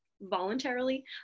voluntarily